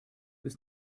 bis